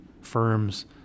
firms